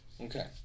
Okay